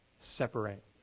separate